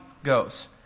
Goes